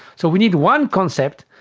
so we need one concept,